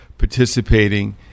participating